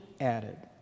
added